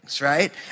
right